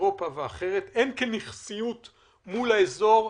אירופה ואחרות, והן כנכסיות מול האזור.